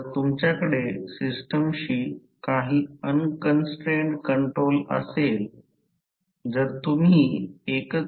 तर तांब्याचा loss X2 I2 2 fl Re2 होईल ही तांब्याची लॉस आहे